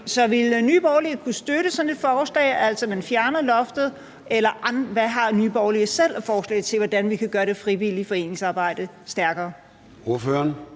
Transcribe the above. Så ville Nye Borgerlige kunne støtte sådan et forslag, altså at man fjerner loftet? Eller hvad har Nye Borgerlige selv af forslag til, hvordan vi kan gøre det frivillige foreningsarbejde stærkere?